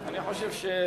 אדוני היושב-ראש,